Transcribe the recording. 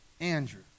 Andrew